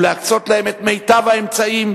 ולהקצות להן את מיטב האמצעים,